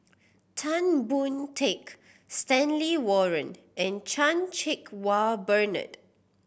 Tan Boon Teik Stanley Warren and Chan Cheng Wah Bernard